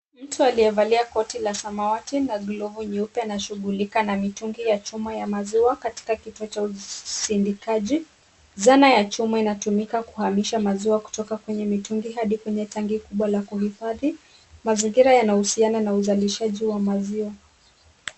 Mtu aliyevalia koti la samawati na glovu nyeupe anashughulika na mitungi ya chuma ya maziwa katika kituo cha usindikaji. Zana ya chuma inatumika kuhamisha maziwa kutoka kwenye mitungi hadi kwenye tangi kubwa la kuhifadhi . Mazingira yanahusiana na uzalishaji wa maziwa.